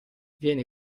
viene